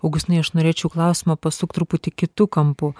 augustinai aš norėčiau klausimą pasukt truputį kitu kampu